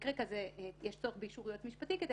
במקרה כזה יש צורך באישור יועץ משפטי כדי